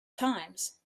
times